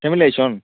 family ଆଇଛନ୍